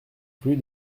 rue